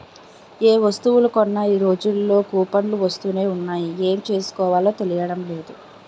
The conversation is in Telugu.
ఏ వస్తువులు కొన్నా ఈ రోజుల్లో కూపన్లు వస్తునే ఉన్నాయి ఏం చేసుకోవాలో తెలియడం లేదు